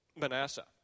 Manasseh